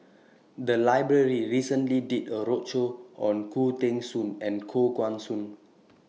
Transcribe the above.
The Library recently did A roadshow on Khoo Teng Soon and Koh Guan Song